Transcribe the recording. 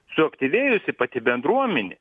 suaktyvėjusi pati bendruomenė